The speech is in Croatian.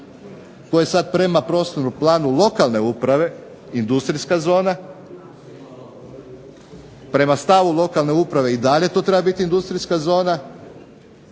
je sad prema prostornom planu lokalne uprave industrijska zona. Prema stavu lokalne uprave i dalje to treba biti industrijska zona,